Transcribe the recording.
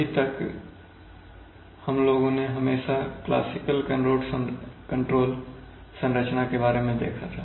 अभी तक हम लोगों ने हमेशा क्लासिकल कंट्रोल संरचना के बारे में देखा था